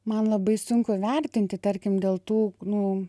man labai sunku vertinti tarkim dėl tų nu